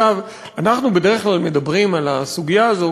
אנחנו בדרך כלל מדברים על הסוגיה הזו